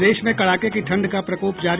प्रदेश में कड़ाके की ठंड का प्रकोप जारी